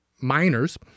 miners